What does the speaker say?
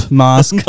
mask